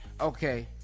Okay